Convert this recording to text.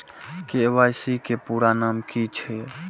KYC के पूरा नाम की छिय?